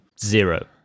zero